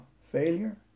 failure